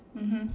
mmhmm